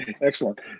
Excellent